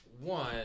one